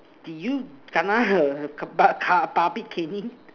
did you kena err car pu~ public caning